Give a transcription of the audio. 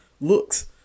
looks